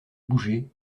bouger